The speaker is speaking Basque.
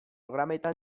programetan